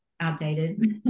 outdated